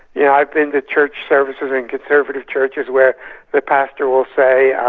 yeah i've been to church services in conservative churches where the pastor will say,